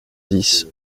dix